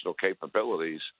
capabilities